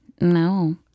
No